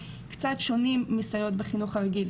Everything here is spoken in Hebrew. קצת שונים מסייעות בחינוך הרגיל.